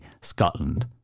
Scotland